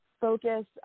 focus